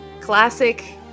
classic